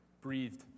breathed